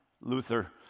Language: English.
Luther